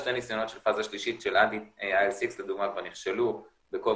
שתי ניסיונות של פאזה 3 של --- לדוגמה כבר נכשלו ב-